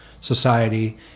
Society